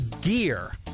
gear